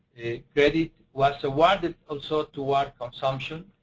credit was awarded also toward consumption,